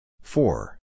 Four